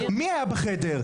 מי היה בחדר?